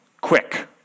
Quick